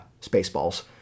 Spaceballs